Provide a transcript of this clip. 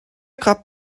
grab